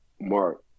Mark